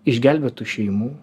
išgelbėtų šeimų